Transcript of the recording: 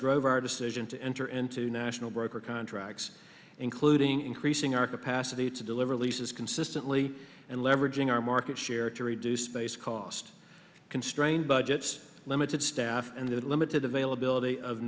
drove our decision to enter into national broker contracts including increasing our capacity to deliver leases consistently and leveraging our market share to reduce base cost constrained budgets limited staff and the limited availability of